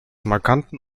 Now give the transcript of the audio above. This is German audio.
markanten